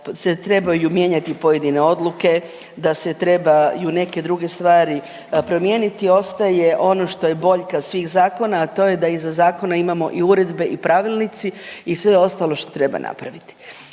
da se trebaju mijenjati pojedine odluke, da se trebaju neke druge stvari promijeniti ostaje ono što je boljka svih zakona, a to je da iza zakona imamo i uredbe i pravilnici i sve ostalo što treba napraviti.